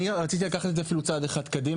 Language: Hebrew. אני רציתי אפילו לקחת את זה אפילו צעד אחד קדימה,